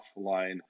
offline